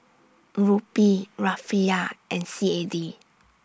Rupee Rufiyaa and C A D